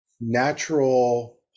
natural